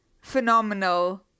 phenomenal